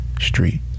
Street